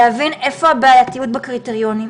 להבין איפה הבעייתיות בקריטריונים,